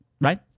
right